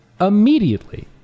immediately